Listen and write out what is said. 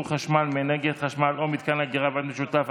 חשמל מאנרגיית חשמל או מתקן אגירה בבית משותף),